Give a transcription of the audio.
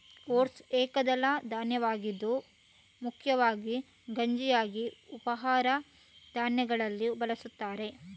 oats ಏಕದಳ ಧಾನ್ಯವಾಗಿದ್ದು ಮುಖ್ಯವಾಗಿ ಗಂಜಿಯಾಗಿ ಉಪಹಾರ ಧಾನ್ಯಗಳಲ್ಲಿ ಬಳಸುತ್ತಾರೆ